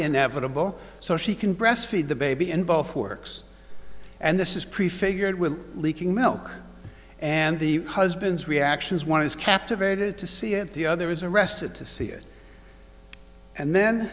inevitable so she can breast feed the baby in both works and this is prefigured with leaking milk and the husband's reactions one is captivated to see it the other is arrested to see it and then